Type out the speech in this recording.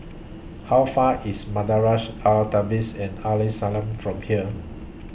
How Far IS Madrasah Al Tahzibiah and Al Islamiah from here